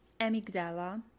amygdala